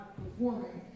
performing